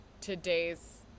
today's